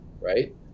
right